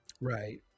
Right